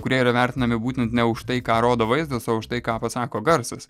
kurie yra vertinami būtent ne už tai ką rodo vaizdas o už tai ką pasako garsas